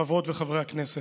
חברות וחברי הכנסת,